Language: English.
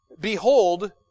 Behold